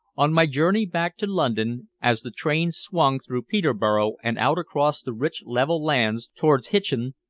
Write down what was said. on my journey back to london, as the train swung through peterborough and out across the rich level lands towards hitchin,